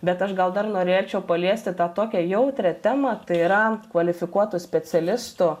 bet aš gal dar norėčiau paliesti tą tokią jautrią temą tai yra kvalifikuotų specialistų